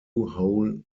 whole